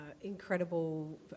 incredible